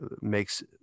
makes